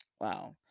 Wow